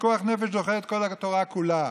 פיקוח נפש דוחה את כל התורה כולה,